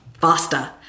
faster